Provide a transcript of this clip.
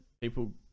people